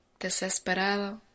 desesperado